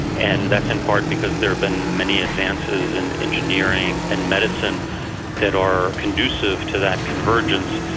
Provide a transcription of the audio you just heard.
and that's in part because there have been many advances in engineering and medicine that are conducive to that convergence.